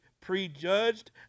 prejudged